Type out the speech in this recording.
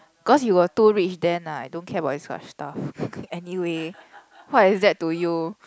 cause you were too rich then ah don't care about this kind of stuff anyway what is that to you